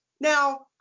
Now